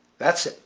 that's it.